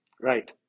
right